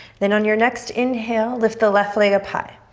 then on your next inhale, lift the left leg up high.